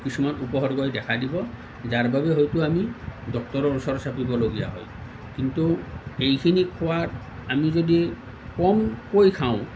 কিছুমান উপসৰ্গই দেখা দিব যাৰ বাবে হয়টো আমি ডক্তৰৰ ওচৰ চাপিবলগীয়া হয় কিন্তু এইখিনি খোৱাত আমি যদি কমকৈ খাওঁ